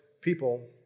people